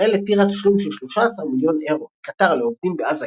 ישראל התירה תשלום של 13 מיליון אירו מקטאר לעובדים בעזה